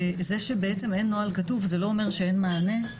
זה שבעצם אין נוהל כתוב, זה לא אומר שאין מענה.